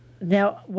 Now